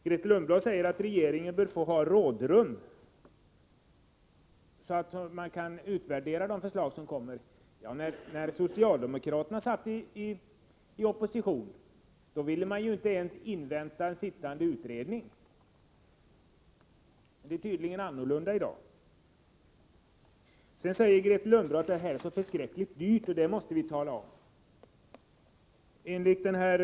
Grethe Lundblad sade att regeringen bör få rådrum för att utvärdera de förslag som ställs. När socialdemokraterna var i opposition ville man inte ens invänta en sittande utredning. Men det är tydligen annorlunda i dag. Grethe Lundblad sade också att det är så förskräckligt dyrt att vidta åtgärder på det här området och att vi måste tala om det.